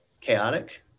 Chaotic